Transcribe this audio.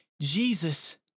Jesus